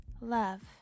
Love